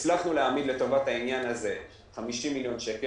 הצלחנו להעמיד לטובת העניין הזה 50 מיליון שקל.